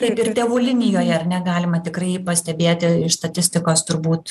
taip ir tėvų linijoje ar ne galima tikrai pastebėti iš statistikos turbūt